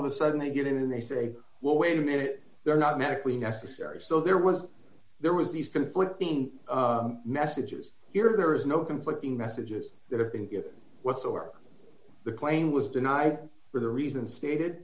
of a sudden they get in they say well wait a minute they're not medically necessary so there was there was these conflicting messages here or there is no conflicting messages that have been given whatsoever the claim was denied for the reason stated